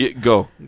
go